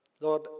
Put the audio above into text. Lord